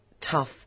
tough